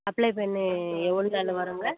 apply பண்ணி எவ்வளோ நாளில் வரும்ங்க